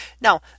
Now